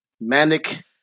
manic